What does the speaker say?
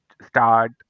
start